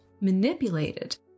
manipulated